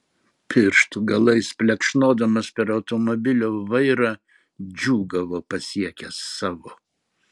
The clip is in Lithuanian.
pirštų galais plekšnodamas per automobilio vairą džiūgavo pasiekęs savo